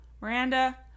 Miranda